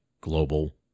Global